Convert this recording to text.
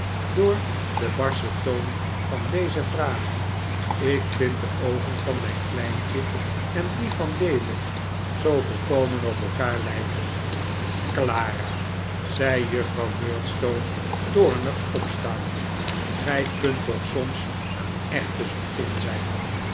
door den barschen toon van deze vraag ik vind dat de oogen van mijn kleintje en die van david zoo volkomen op elkaar lijken clara zei juffrouw murdstone toornig opstaand gij kunt toch soms een echte zottin zijn